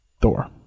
Thor